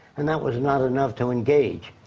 and that was not enough to engage.